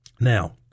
Now